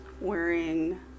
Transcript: wearing